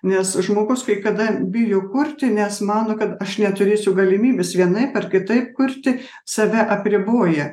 nes žmogus kai kada bijo kurti nes mano kad aš neturėsiu galimybės vienaip ar kitaip kurti save apriboja